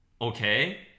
okay